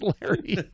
Larry